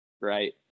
right